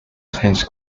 heinz